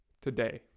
today